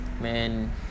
man